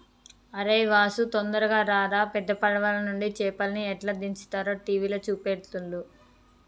అరేయ్ వాసు తొందరగా రారా పెద్ద పడవలనుండి చేపల్ని ఎట్లా దించుతారో టీవీల చూపెడుతుల్ను